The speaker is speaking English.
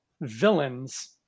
villains